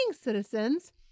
citizens